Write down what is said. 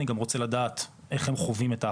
אני גם רוצה לדעת איך הם חווים את ההכשרה,